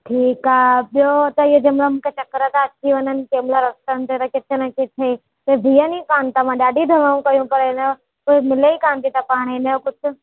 ठीकु आहे ॿियों त इहो जंहिं महिल मूंखे चकरु था अची वञनि कंहिं महिल समुझ त भई किथे न किथे त बीहनि ई कान था मां ॾाढी दवाऊं कयूं पर हिनजो कुझु मिले ई कान थी सफ़ा हाणे हिन जो कुझु